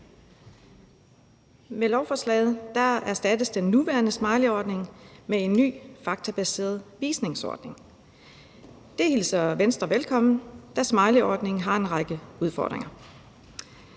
Med lovforslaget erstattes den nuværende smileyordning med en ny, faktabaseret visningsordning. Det hilser Venstre velkommen, da smileyordningen har en række udfordringer.